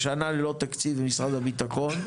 בשנה ללא תקציב למשרד הביטחון,